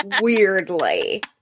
weirdly